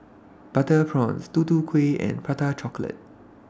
Butter Prawns Tutu Kueh and Prata Chocolate